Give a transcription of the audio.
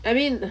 I mean